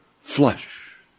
flesh